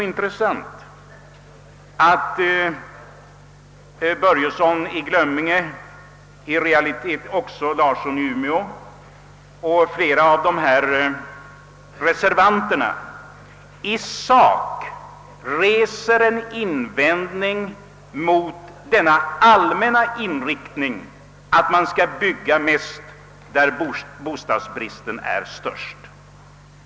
Herr Börjesson i Glömminge — i realiteten också herr Larsson i Umeå och flera av reservanterna — reser i sak en invändning mot denna allmänna inriktning att man skall bygga mest där bostadsbristen är störst.